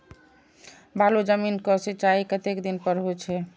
बालू जमीन क सीचाई कतेक दिन पर हो छे?